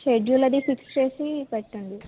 schedule అది fix చేసి పెట్టండి